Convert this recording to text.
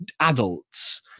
adults